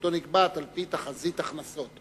ומסגרתו נקבעת על-פי תחזית הכנסות.